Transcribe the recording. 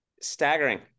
Staggering